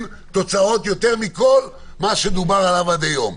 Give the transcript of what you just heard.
תוצאות יותר מכל מה שדובר עליו עד היום.